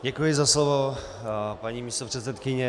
Děkuji za slovo, paní místopředsedkyně.